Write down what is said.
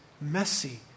messy